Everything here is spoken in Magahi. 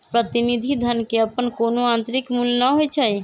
प्रतिनिधि धन के अप्पन कोनो आंतरिक मूल्य न होई छई